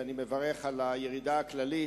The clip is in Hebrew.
ואני מברך על הירידה הכללית,